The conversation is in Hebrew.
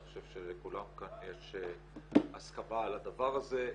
אני חושב שלכולם כאן יש הסכמה על הדבר הזה.